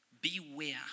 Beware